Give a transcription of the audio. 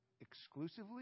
exclusively